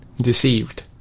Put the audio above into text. deceived